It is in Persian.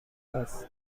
است